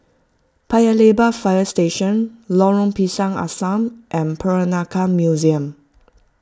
Paya Lebar Fire Station Lorong Pisang Asam and Peranakan Museum